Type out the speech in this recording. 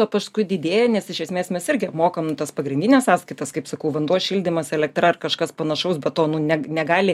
o paskui didėja nes iš esmės mes irgi mokam tas pagrindines sąskaitas kaip sakau vanduo šildymas elektra ar kažkas panašaus batonų ne negali